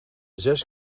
zes